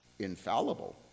infallible